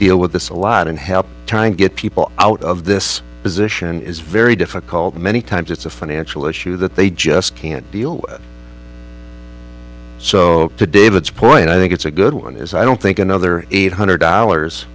deal with this a lot and help get people out of this position is very difficult many times it's a financial issue that they just can't deal so to david's point i think it's a good one is i don't think another eight hundred dollars